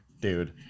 dude